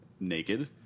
naked